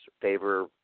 favor